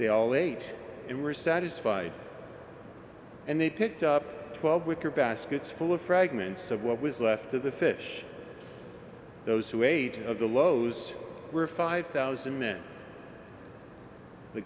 they all ate and were satisfied and they picked up twelve wicker baskets full of fragments of what was left of the fish those who ate the lows were five thousand men the